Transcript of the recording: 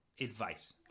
advice